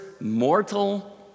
mortal